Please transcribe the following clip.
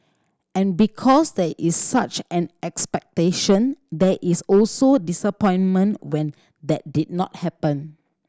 and because there is such an expectation there is also disappointment when that did not happen